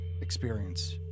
experience